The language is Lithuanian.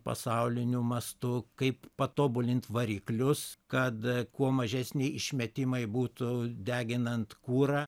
pasauliniu mastu kaip patobulint variklius kad kuo mažesni išmetimai būtų deginant kurą